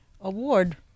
award